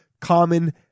common